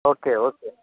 okay okay